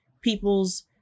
people's